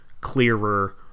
clearer